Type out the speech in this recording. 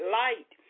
light